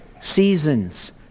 seasons